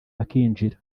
bakinjira